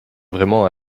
vraiment